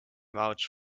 vouch